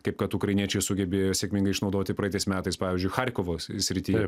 kaip kad ukrainiečiai sugebėjo sėkmingai išnaudoti praeitais metais pavyzdžiui charkovo srity